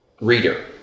reader